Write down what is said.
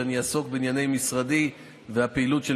שאני אעסוק בענייני משרדי ובפעילות של